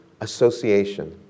association